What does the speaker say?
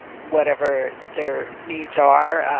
whatever their needs are,